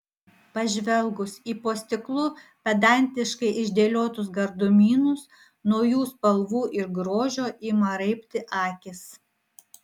pažvelgus į po stiklu pedantiškai išdėliotus gardumynus nuo jų spalvų ir grožio ima raibti akys